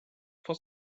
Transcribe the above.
for